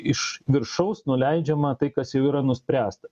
iš viršaus nuleidžiama tai kas jau yra nuspręsta